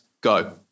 go